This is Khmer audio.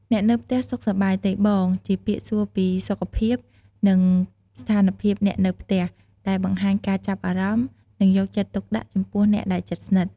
អ្នកនៅផ្ទះសុខសប្បាយទេបង? ជាពាក្យសួរពីសុខភាព និងស្ថានភាពអ្នកនៅផ្ទះ ដែលបង្ហាញការចាប់អារម្មណ៍ និងយកចិត្តទុកដាក់ចំពោះអ្នកដែលជិតស្និទ្ធ។